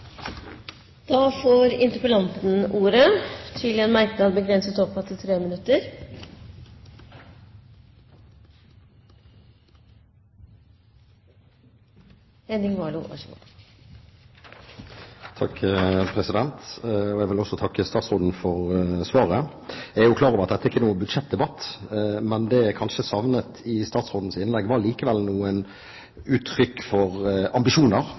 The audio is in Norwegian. Jeg vil takke statsråden for svaret. Jeg er jo klar over at dette ikke er noen budsjettdebatt, men det jeg kanskje savnet i statsrådens innlegg, var likevel noen uttrykk for ambisjoner